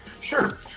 Sure